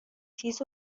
تیز